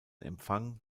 empfang